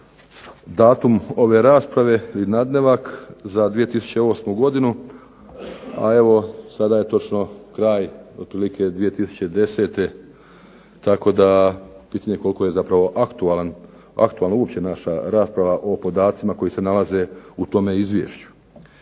datum ove rasprave i nadnevak za 2008. godinu, a evo sada je točno kraj otprilike 2010. tako da je pitanje koliko je zapravo aktualna uopće naša rasprava o podacima koji se nalaze u tome izvješću.